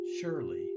Surely